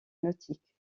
nautiques